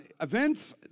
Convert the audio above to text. Events